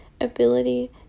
ability